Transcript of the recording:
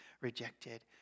rejected